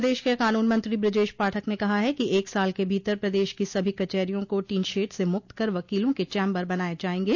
प्रदेश के कानून मंत्री बृजेश पाठक ने कहा है कि एक साल के भीतर प्रदेश की सभी कचेहरियों को टीनशेड से मुक्त कर वकीलों के चैम्बर बनाये जायेंगे